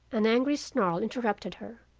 an angry snarl interrupted her.